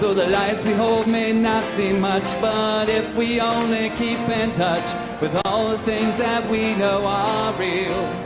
the lights we hold may not seem much, but if we only keep in touch with all the things that we know are ah real